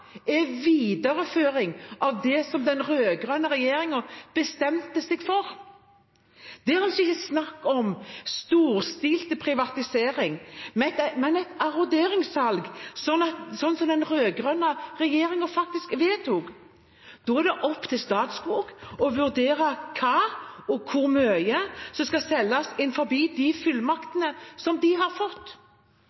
videreføring av det som den rød-grønne regjeringen bestemte seg for. Det er altså ikke snakk om storstilt privatisering, men om et arronderingssalg, slik som den rød-grønne regjeringen faktisk vedtok. Da er det opp til Statskog å vurdere hva og hvor mye som skal selges, innenfor de fullmaktene de